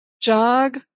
jog